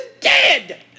Dead